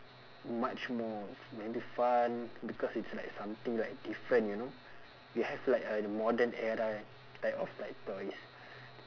much more maybe fun because it's like something like different you know we have like a modern era like of like toys